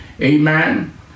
Amen